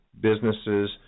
businesses